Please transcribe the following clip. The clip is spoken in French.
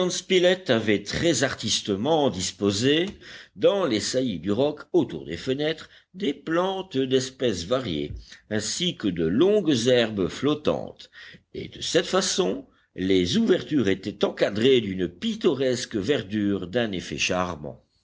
spilett avait très artistement disposé dans les saillies du roc autour des fenêtres des plantes d'espèces variées ainsi que de longues herbes flottantes et de cette façon les ouvertures étaient encadrées d'une pittoresque verdure d'un effet charmant